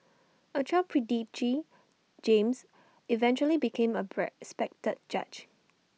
A child prodigy James eventually became A pre respected judge